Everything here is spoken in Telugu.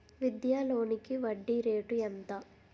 విద్యా లోనికి వడ్డీ రేటు ఎంత?